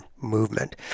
movement